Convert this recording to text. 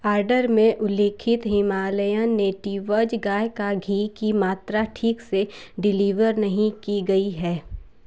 order में उल्लिखित Himalayan Natives गाय का घी की मात्रा ठीक से डिलीवर नहीं की गई है